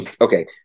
Okay